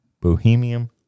Bohemian